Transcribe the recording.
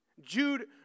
Jude